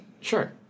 Sure